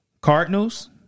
Cardinals